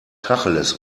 tacheles